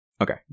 Okay